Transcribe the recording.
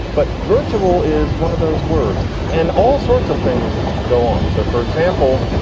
but virtual is one of those words and all sorts of things go on. so, for example,